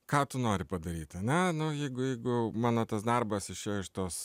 ką tu nori padaryt ane nu jeigu jeigu mano tas darbas išėjo iš tos